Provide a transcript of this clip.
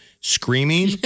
screaming